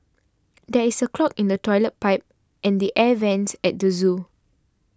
there is a clog in the Toilet Pipe and the Air Vents at the zoo